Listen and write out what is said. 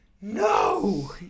No